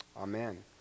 Amen